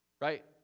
Right